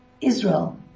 Israel